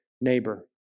neighbor